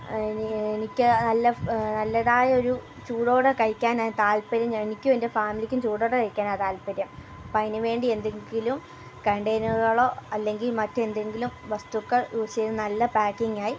എനിക്ക് നല്ല നല്ലതായ ഒരു ചൂടോടെ കഴിക്കാനാണ് താൽപ്പര്യം എനിക്കും എൻ്റെ ഫാമിലിക്കും ചൂടോടെ കഴിക്കാനാണ് താൽപ്പര്യം അപ്പം അതിന് വേണ്ടി എന്തെങ്കിലും കണ്ടൈനറുകളോ അല്ലെങ്കിൽ മറ്റെന്തെങ്കിലും വസ്തുക്കൾ യൂസ് ചെയ്തു നല്ല പാക്കിംഗ് ആയി